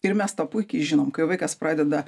ir mes tą puikiai žinom kai vaikas pradeda